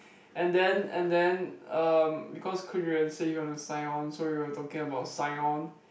and then and then um because Koon Yuan say he want to sign on so we were talking about sign on